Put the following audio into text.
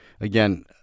again